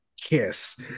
kiss